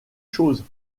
choses